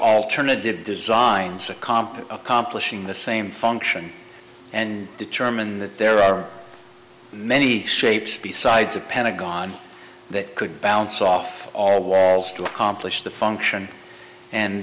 alternative designs accompt accomplishing the same function and determine that there are many shapes besides a pentagon that could bounce off all walls to accomplish the function and